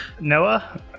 Noah